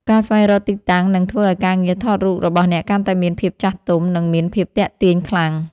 ការស្វែងរកទីតាំងនឹងធ្វើឱ្យការងារថតរូបរបស់អ្នកកាន់តែមានភាពចាស់ទុំ និងមានភាពទាក់ទាញខ្លាំង។